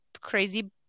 crazy